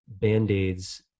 band-aids